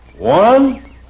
One